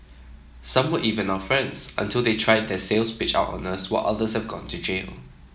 some were even our friends until they tried their sales pitch out on us while others have gone to jail